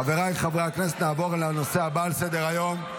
חבריי חברי הכנסת, נעבור לנושא הבא על סדר-היום.